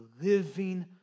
living